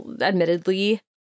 admittedly